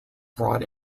brought